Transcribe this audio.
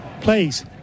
please